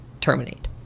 terminate